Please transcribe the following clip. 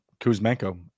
Kuzmenko